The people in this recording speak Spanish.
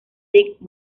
dick